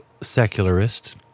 secularist